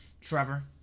Trevor